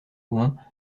loin